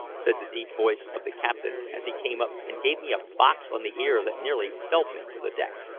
said the deep voice of the captain as he came up and gave me a box on the ear that nearly felled me to the deck.